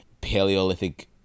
paleolithic